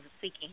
seeking